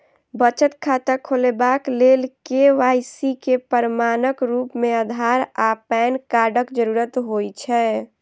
बचत खाता खोलेबाक लेल के.वाई.सी केँ प्रमाणक रूप मेँ अधार आ पैन कार्डक जरूरत होइ छै